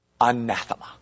anathema